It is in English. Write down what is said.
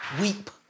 Weep